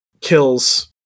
kills